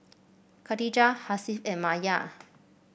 Khatijah Hasif and Maya